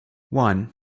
one